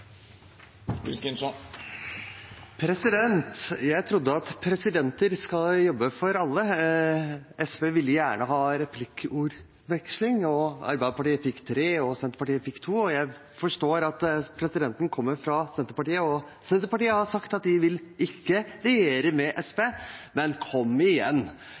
Jeg trodde at presidenter skulle jobbe for alle. SV ville gjerne ha replikker. Arbeiderpartiet fikk tre, og Senterpartiet fikk to. Jeg forstår at presidenten kommer fra Senterpartiet, og at Senterpartiet har sagt at de ikke vil regjere med SV, men